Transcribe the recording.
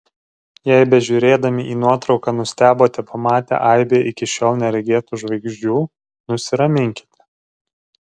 jei bežiūrėdami į nuotrauką nustebote pamatę aibę iki šiol neregėtų žvaigždžių nusiraminkite